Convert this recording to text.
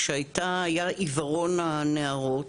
כשהיה עיוורון הנהרות,